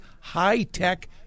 high-tech